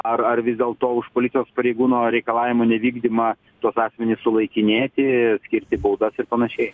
ar ar vis dėlto už policijos pareigūno reikalavimų nevykdymą tuos asmenis sulaikinėti skirti baudas ir panašiai